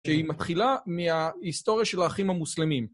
שהיא מתחילה מההיסטוריה של האחים המוסלמים.